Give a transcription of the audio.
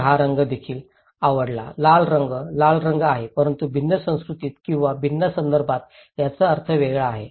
तर हा रंग देखील आवडला लाल रंग रंग लाल आहे परंतु भिन्न सांस्कृतिक किंवा भिन्न संदर्भात याचा अर्थ वेगळा आहे